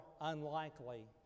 unlikely